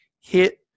hit